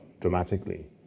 dramatically